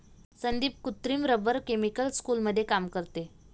संदीप कृत्रिम rubber chemical स्कूलमध्ये काम करते